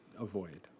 avoid